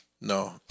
No